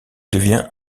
devient